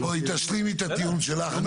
טוב, בואי, תשלימי את הטיעון שלך.